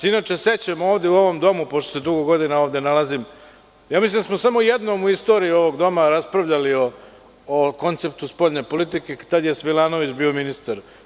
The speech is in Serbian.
Inače se sećam ovde u ovom domu, pošto se dugo godina ovde nalazim, mislim da smo samo jednom u istoriji ovog doma raspravljali o konceptu spoljne politike, tada je Svilanović bio ministar.